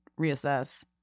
reassess